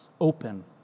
open